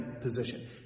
position